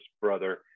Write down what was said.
brother